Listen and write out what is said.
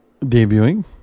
debuting